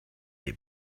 les